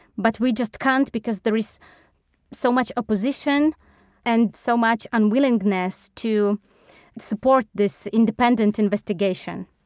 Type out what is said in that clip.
but we just can't, because there is so much opposition and so much unwillingness to support this independent investigation.